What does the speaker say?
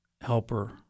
helper